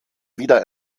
wieder